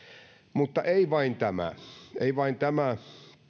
mutta ei vain tämä ei vain tämä